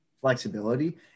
flexibility